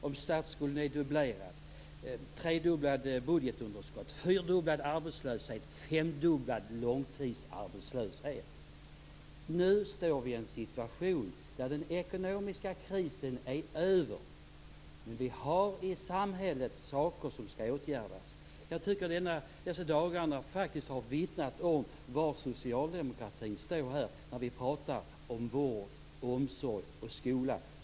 Om statsskulden är dubblerad, budgetunderskottet tredubblat, arbetslösheten fyrdubblad och långtidsarbetslösheten femdubblad är det inte så lätt. Nu har vi en situation där den ekonomiska krisen är över. Men vi har saker som skall åtgärdas i samhället. Jag tycker att dessa dagar har visat var socialdemokratin står när det gäller vård, omsorg och skola.